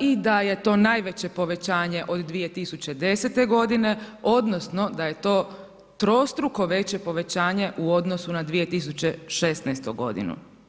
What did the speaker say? i da je to najveće povećanje od 2010. odnosno da je to trostruko veće povećanje u odnosu na 2016. godinu.